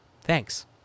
thanks